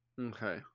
Okay